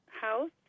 house